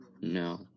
No